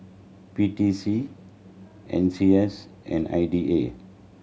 P T C N C S and I D A